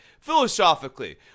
philosophically